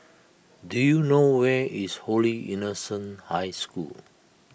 do you know where is Holy Innocents' High School